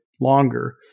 longer